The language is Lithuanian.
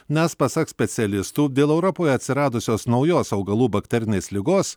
nes pasak specialistų dėl europoje atsiradusios naujos augalų bakterinės ligos